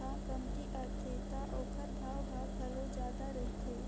ह कमती आथे त ओखर भाव ह घलोक जादा रहिथे